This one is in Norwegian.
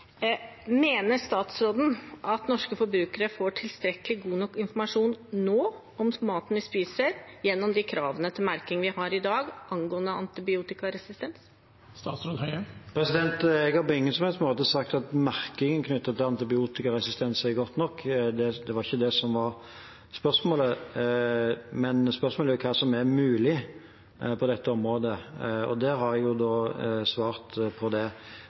Mener statsråden at norske forbrukere får tilstrekkelig god informasjon nå om maten vi spiser, gjennom de kravene til merking vi har i dag angående antibiotikaresistens? Jeg har på ingen som helst måte sagt at merkingen knyttet til antibiotikaresistens er god nok. Det var ikke det som var spørsmålet. Spørsmålet var hva som er mulig på dette området, og det har jeg jo svart på.